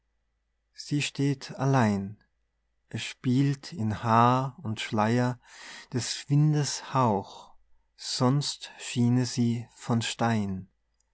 sie steht allein es spielt in haar und schleier des windes hauch sonst schiene sie von stein